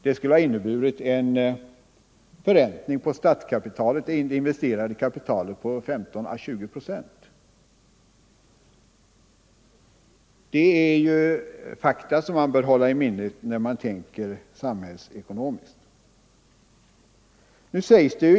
Det skulle ha inneburit en förräntning av det investerade kapitalet med 15 å 20 procent. Detta är fakta som man bör hålla i minnet när man tänker samhällsekonomiskt.